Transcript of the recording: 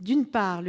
D'une part,